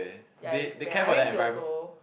ya Japan I went kyoto